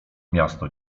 miasto